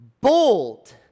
Bold